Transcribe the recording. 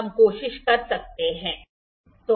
हम कोशिश करते हैं